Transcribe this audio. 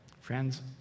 Friends